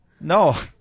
No